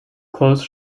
close